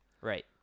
right